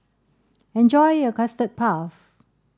enjoy your custard puff